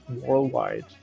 worldwide